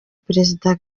perezida